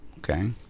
Okay